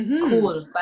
Cool